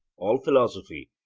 all philosophy,